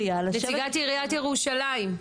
לירושלים,